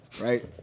Right